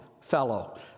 fellow